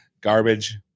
garbage